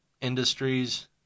industries